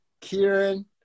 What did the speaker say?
Kieran